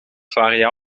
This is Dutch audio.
varia